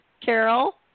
Carol